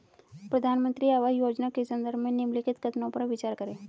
प्रधानमंत्री आवास योजना के संदर्भ में निम्नलिखित कथनों पर विचार करें?